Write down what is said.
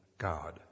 God